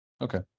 Okay